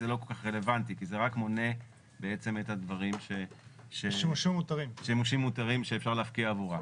זה לא כל כך רלוונטי כי זה רק מונה שימושים מותרים שאפשר להפקיע עבורה.